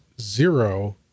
zero